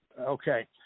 Okay